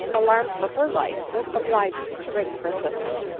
alarmed for her life, was obliged to ring for assistance.